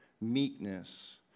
meekness